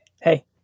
Hey